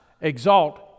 exalt